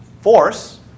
force